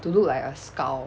to look like a skull